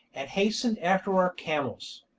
and hastened after our camels.